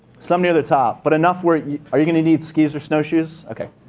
some near the top. but enough where you are you going to need skis or snowshoes? okay.